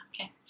Okay